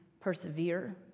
persevere